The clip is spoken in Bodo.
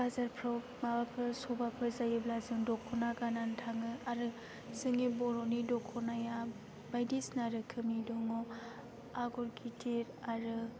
बाजारफोराव माबाफोर सभाफोर जायोब्ला जों दखना गाननानै थाङो आरो जोंनि बर'नि दखनाया बायदिसिना रोखोमनि दङ आगर गिदिर आरो